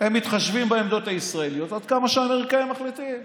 מתחשבים בעמדות הישראליות עד כמה שהאמריקאים מחליטים.